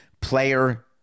player